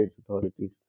authorities